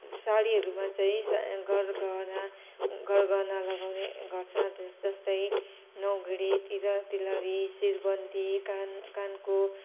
साडीहरूमा चाहिँ गरगहना गरगहना लगाउँने गर्छ जस्तै नौगेडी तिल तिलहरी शिरबन्दी कान कानको